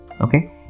Okay